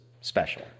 special